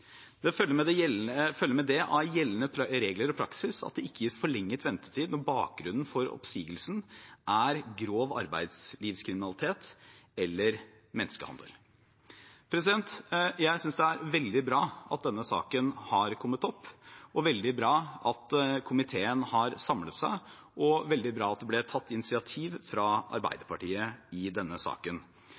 Det følger med det av gjeldende regler og praksis at det ikke gis forlenget ventetid når bakgrunnen for oppsigelsen er grov arbeidslivskriminalitet eller menneskehandel. Jeg synes det er veldig bra at denne saken har kommet opp, at komiteen har samlet seg, og at det ble tatt initiativ fra Arbeiderpartiet i denne saken.